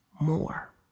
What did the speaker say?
more